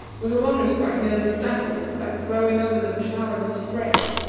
where the water sprite nearly stifled them by throwing over them showers of spray.